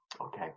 okay